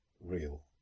real